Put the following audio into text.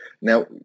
Now